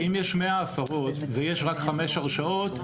אם יש 100 הפרות ויש רק חמש הרשעות,